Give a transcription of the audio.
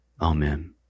Amen